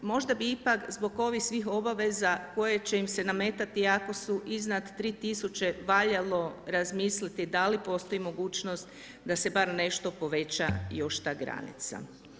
Možda bi ipak zbog ovih svih obaveza koje će im se nametati ako su iznad 3000 valjalo razmisliti da li postoji mogućnost da se bar nešto poveća još ta granica.